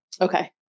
Okay